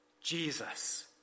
Jesus